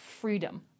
freedom